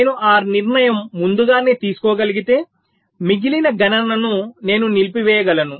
నేను ఆ నిర్ణయం ముందుగానే తీసుకోగలిగితే మిగిలిన గణనను నేను నిలిపివేయగలను